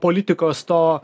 politikos to